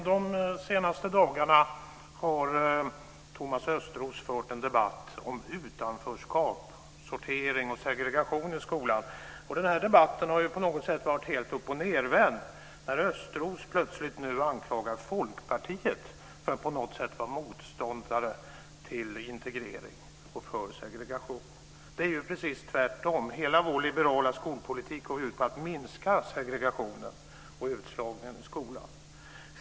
Herr talman! De senaste dagarna har Thomas Östros fört en debatt om utanförskap, sortering och segregation i skolan. Den här debatten har på något sätt varit helt uppochnedvänd, när Thomas Östros nu plötsligt anklagar Folkpartiet för att vara motståndare till integrering och för segregation. Det är ju precis tvärtom: Hela vår liberala skolpolitik går ut på att minska segregationen och utslagningen i skolan.